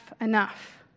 enough